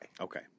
Okay